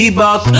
buck